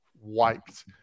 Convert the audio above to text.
wiped